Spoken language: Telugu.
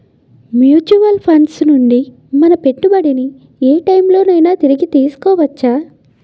మ్యూచువల్ ఫండ్స్ నుండి మన పెట్టుబడిని ఏ టైం లోనైనా తిరిగి తీసుకోవచ్చా?